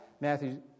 Matthew